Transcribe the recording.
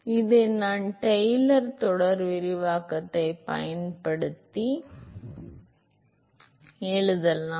எனவே இதை நான் டெய்லர் தொடர் விரிவாக்கத்தைப் பயன்படுத்தி px plus dp ஆல் dx ஆக dx ஆக எழுதலாம் மற்றும் ஷேர் ஃபோர்ஸ் ஆக்டிங் என்றால் tau r tau r x மற்றும் இது tau r plus dr x ஆக இருக்கும்